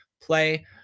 play